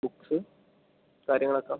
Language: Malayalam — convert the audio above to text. ബുക്ക്സ് കാര്യങ്ങളൊക്കെ